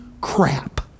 crap